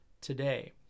today